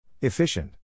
Efficient